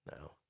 No